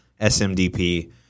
SMDP